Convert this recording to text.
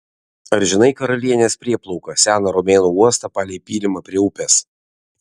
ar žinai karalienės prieplauką seną romėnų uostą palei pylimą prie upės